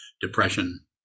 depression